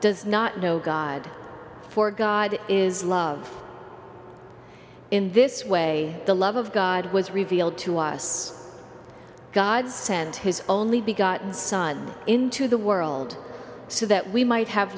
does not know god for god is love in this way the love of god was revealed to us god sent his only begotten son into the world so that we might have